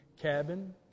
cabin